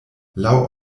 laŭ